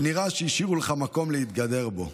ונראה שהשאירו לך מקום להתגדר בו,